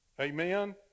Amen